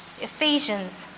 Ephesians